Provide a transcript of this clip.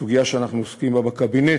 סוגיה שאנחנו עוסקים בה בקבינט,